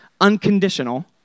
unconditional